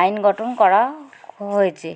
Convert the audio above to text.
আইন গঠন করা হয়েছে